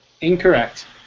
Incorrect